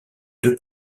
deux